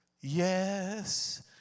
Yes